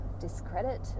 discredit